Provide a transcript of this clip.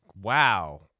Wow